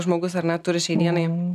žmogus ar ne turi šiai dienai